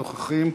נוכחים.